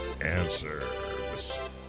Answers